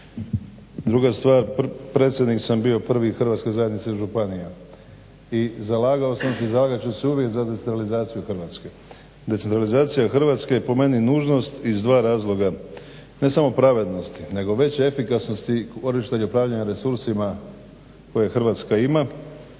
Druga stvar, predsjednik sam bio prvi zajednice županija i zalagao sam se, zalagat ću se uvijek za decentralizaciju Hrvatske. Decentralizacija Hrvatske je po meni nužnost iz dva razloga ne samo pravednosti, nego veće efikasnosti i korištenje upravljanja resursima koje Hrvatska ima